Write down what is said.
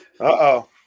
Uh-oh